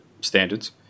standards